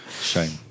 shame